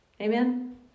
Amen